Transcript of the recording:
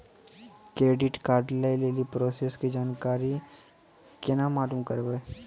Credit card लय लेली process के जानकारी केना मालूम करबै?